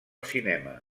cinema